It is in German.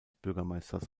bürgermeisters